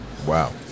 wow